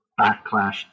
backlash